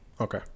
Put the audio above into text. Okay